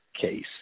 case